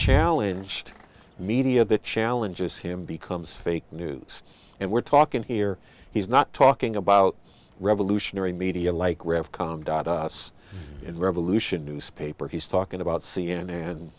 challenge media the challenges him becomes fake news and we're talking here he's not talking about revolutionary media like rev com dot us and revolution newspaper he's talking about c n n and